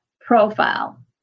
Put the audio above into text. profile